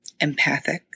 empathic